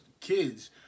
kids